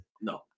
No